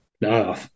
No